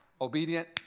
obedient